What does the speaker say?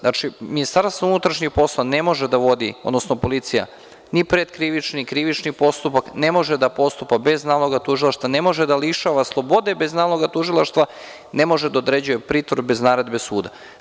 Znači, MUP, odnosno policija ne može da vodi ni predkrivični, ni krivični postupak, ne može da postupa bez naloga tužilaštva, ne može da lišava slobode bez naloga tužilaštva i ne može da određuje pritvor bez naredbe suda.